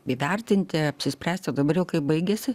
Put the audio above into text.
įvertinti apsispręst o dabar jau kai baigėsi